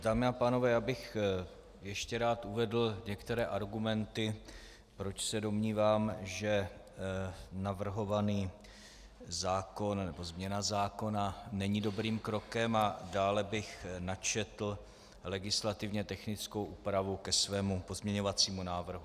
Dámy a pánové, já bych ještě rád uvedl některé argumenty, proč se domnívám, že navrhovaná změna zákona není dobrým krokem, a dále bych načetl legislativně technickou úpravu ke svému pozměňovacímu návrhu.